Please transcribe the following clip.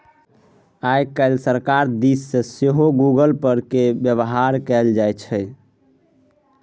आय काल्हि सरकार दिस सँ सेहो गूगल पे केर बेबहार कएल जाइत छै